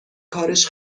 کارش